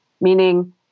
meaning